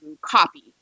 copy